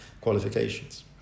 qualifications